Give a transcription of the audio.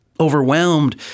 Overwhelmed